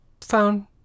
found